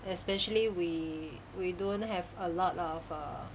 especially we we don't have a lot of err